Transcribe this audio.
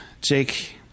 jake